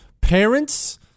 Parents